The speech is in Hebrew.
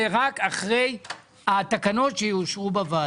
זה אומר שזה רק אחרי התקנות שיאושרו בוועדה.